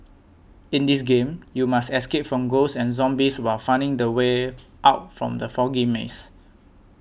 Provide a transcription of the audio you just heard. in this game you must escape from ghosts and zombies while finding the way out from the foggy maze